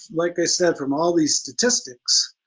like i said, from all these statistics,